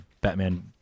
Batman